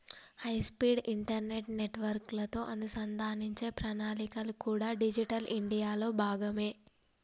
high speed internet నెట్వర్క్లతో అనుసంధానించే ప్రణాళికలు కూడా డిజిటల్ ఇండియాలో భాగమే